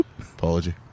Apology